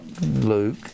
Luke